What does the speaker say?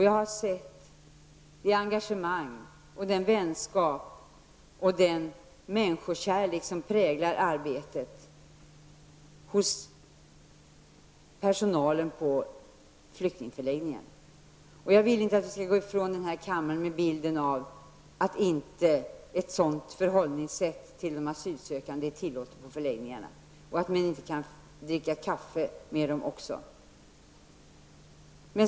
Jag har noterat det engagemang, den vänskap och den människokärlek som präglar personalens verksamhet på flyktingförläggningarna. Jag vill inte att någon skall gå ut från denna kammare med bilden av att ett sådant förhållningssätt gentemot de asylsökande inte är tillåtet på förläggningarna eller att man inte kan dricka kaffe med de asylsökande.